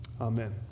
Amen